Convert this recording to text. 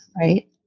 right